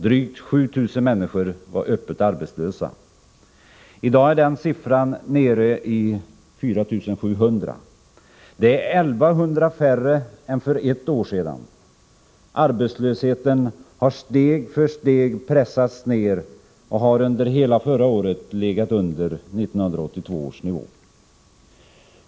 Drygt 7 000 människor var öppet arbetslösa. I dag är den siffran nere i 4 700. Det är 1 100 färre än för ett år sedan. Arbetslösheten har steg för steg pressats ner och har under hela förra året legat under 1982 års nivå.